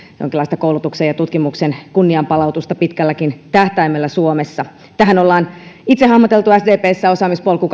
jonkinlaista koulutuksen ja tutkimuksen kunnianpalautusta pitkälläkin tähtäimellä suomessa tähän olemme itse hahmotelleet sdpssa osaamispolku